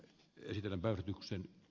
liitelen värityksen